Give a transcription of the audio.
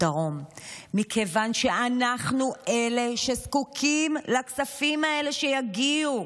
מכיוון שאנחנו אלה שזקוקים לכספים האלה שיגיעו.